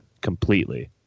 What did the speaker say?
completely